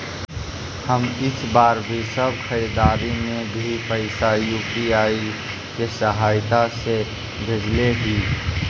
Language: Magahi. हम इ बार सब खरीदारी में भी पैसा यू.पी.आई के सहायता से ही भेजले हिय